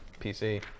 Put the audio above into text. PC